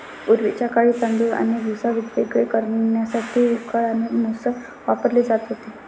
पूर्वीच्या काळी तांदूळ आणि भुसा वेगवेगळे करण्यासाठी उखळ आणि मुसळ वापरले जात होते